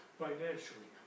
financially